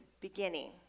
beginning